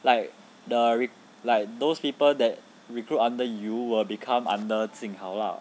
like the like those people that recruit under you will become under jing hao lah